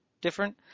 different